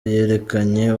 yerekanye